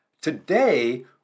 Today